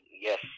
yes